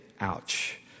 ouch